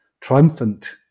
triumphant